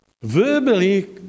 Verbally